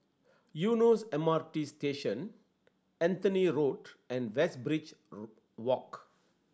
Eunos M R T Station Anthony Road and Westridge Walk